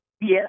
Yes